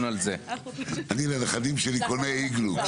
תיקונים עקיפים והוראות שונות,